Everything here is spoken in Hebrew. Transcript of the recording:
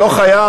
לא חייב,